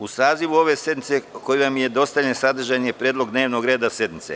U sazivu ove sednice, koji vam je dostavljen, sadržan je predlog dnevnog reda sednice.